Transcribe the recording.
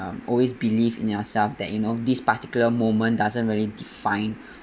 um always believe in yourself that you know this particular moment doesn't really define